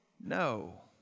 No